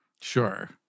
Sure